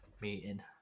meeting